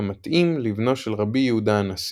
המתאים לבנו של רבי יהודה הנשיא,